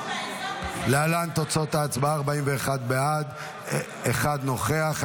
להלן תוצאות ההצבעה: 41 בעד, נוכח אחד.